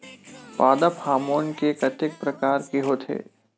पादप हामोन के कतेक प्रकार के होथे?